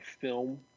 film